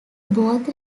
both